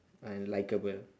unlikeable